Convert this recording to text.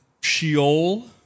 sheol